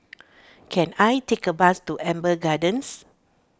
can I take a bus to Amber Gardens